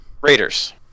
Raiders